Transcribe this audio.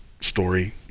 story